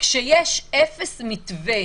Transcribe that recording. כשיש אפס מתווה,